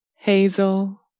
Hazel